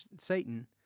Satan